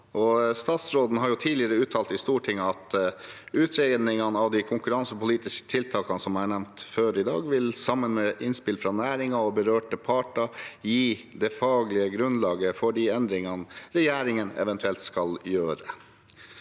Statsråden har tidligere uttalt følgende i Stortinget: «Utredningen av de konkurransepolitiske tiltakene som jeg har nevnt før i dag, vil, sammen med innspill fra næringen og berørte parter, gi det faglige grunnlaget for de endringene regjeringen eventuelt skal gjøre.»